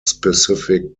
specific